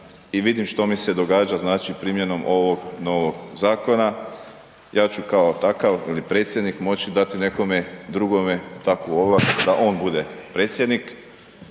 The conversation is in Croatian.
i vidim što mi se događa, znači, primjenom ovog novog zakona. Ja ću kao takav ili predsjednik, moći dati nekome drugome takvu ovlast da on bude predsjednik,